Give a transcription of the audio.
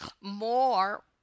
more